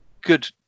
good